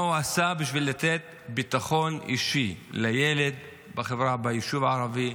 מה הוא עשה בשביל לתת ביטחון אישי לילד ביישוב הערבי,